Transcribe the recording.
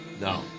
No